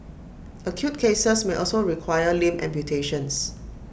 acute cases may also require limb amputations